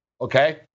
Okay